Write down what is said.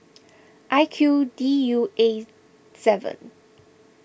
I Q D U A seven